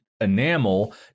Enamel